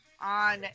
on